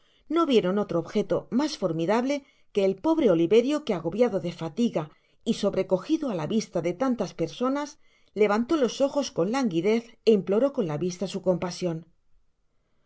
no vieron otro ohjeto mas formidable que el pobre oli verio que agobiado de fatiga y sobrecojido á la vista de tantas personas levantó los ojos con languidez é imploró con la vista su compasion